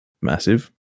massive